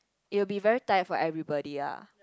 it will be very tired for everybody lah